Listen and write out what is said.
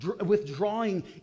withdrawing